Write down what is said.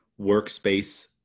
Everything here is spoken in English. workspace